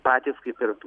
patys kaip ir